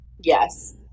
Yes